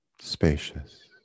spacious